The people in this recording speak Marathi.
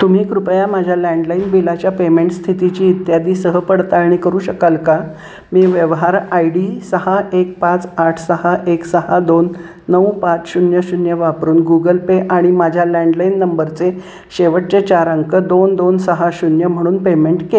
तुम्ही कृपया माझ्या लँडलाईन बिलाच्या पेमेंट स्थितीची इत्यादी सह पडताळणी करू शकाल का मी व्यवहार आय डी सहा एक पाच आठ सहा एक सहा दोन नऊ पाच शून्य शून्य वापरून गुगल पे आणि माझ्या लँडलाईन नंबरचे शेवटचे चार अंक दोन दोन सहा शून्य म्हणून पेमेंट के